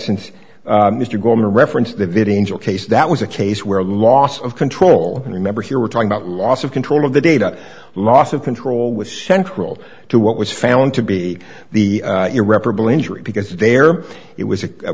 since mr goldman referenced the video in your case that was a case where loss of control and remember here we're talking about loss of control of the data loss of control with central to what was found to be the irreparable injury because there it was a